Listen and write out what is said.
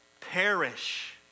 perish